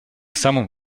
самом